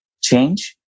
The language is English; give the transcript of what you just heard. change